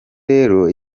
rero